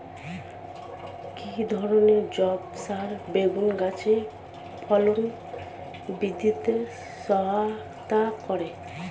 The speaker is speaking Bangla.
কি ধরনের জৈব সার বেগুন গাছে ফলন বৃদ্ধিতে সহায়তা করে?